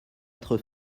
être